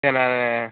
சரி நான்